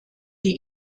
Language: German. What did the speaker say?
die